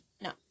No